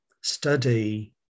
study